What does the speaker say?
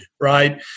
right